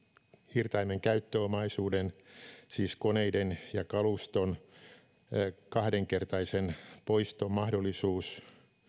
irtaimen käyttöomaisuuden siis koneiden ja kaluston kahdenkertaisen poiston mahdollisuus